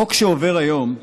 החוק שעובר היום,